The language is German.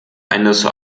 eines